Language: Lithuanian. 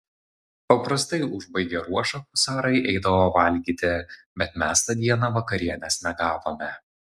paprastai užbaigę ruošą husarai eidavo valgyti bet mes tą dieną vakarienės negavome